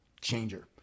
changer